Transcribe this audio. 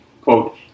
quote